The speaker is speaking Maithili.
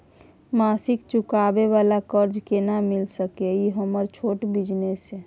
मासिक चुकाबै वाला कर्ज केना मिल सकै इ हमर छोट बिजनेस इ?